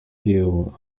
view